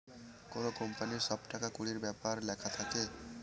কোনো কোম্পানির সব টাকা কুড়ির ব্যাপার লেখা থাকে